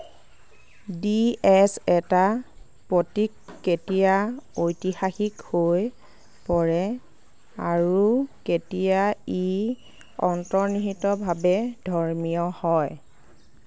D S এটা প্ৰতীক কেতিয়া ঐতিহাসিক হৈ পৰে আৰু কেতিয়া ই অন্তৰ্নিহিতভাৱে ধৰ্মীয় হয়